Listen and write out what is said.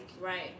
Right